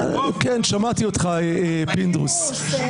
הרוב --- שמעתי אותך, פינדרוס.